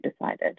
decided